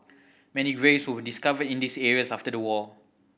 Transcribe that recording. many graves were discovered in these areas after the war